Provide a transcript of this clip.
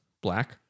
Black